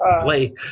Play